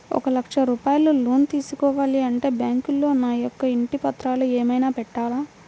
ఒక లక్ష రూపాయలు లోన్ తీసుకోవాలి అంటే బ్యాంకులో నా యొక్క ఇంటి పత్రాలు ఏమైనా పెట్టాలా?